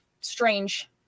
strange